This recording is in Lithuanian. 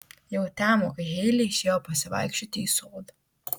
jau temo kai heile išėjo pasivaikščioti į sodą